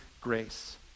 grace